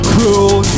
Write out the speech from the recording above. Cruel